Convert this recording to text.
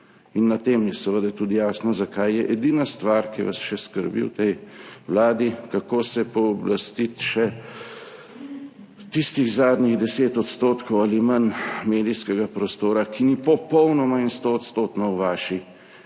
In na tem je seveda tudi jasno, zakaj je edina stvar, ki vas še skrbi v tej vladi, kako se pooblastiti še tistih zadnjih 10 odstotkov ali manj medijskega prostora, ki ni popolnoma in stoodstotno v vaši